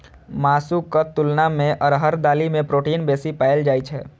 मासुक तुलना मे अरहर दालि मे प्रोटीन बेसी पाएल जाइ छै